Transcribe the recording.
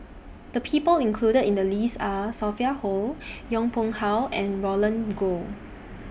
The People included in The list Are Sophia Hull Yong Pung How and Roland Goh